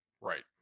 Right